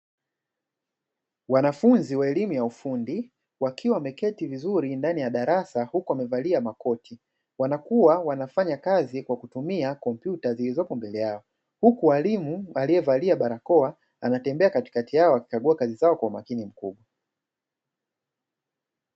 Wanafunzi wa elimu ya ufundi wakiwa wameketi vizuri ndani ya darasa huku wamevalia makoti, wapo wana wanafanya kazi kwa kutumia kompyuta zilizopo mbele yao huku walimu aliyevalia barakoa anatembea katikati yao akikagua kazi zao kwa umakini mkubwa.